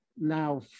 now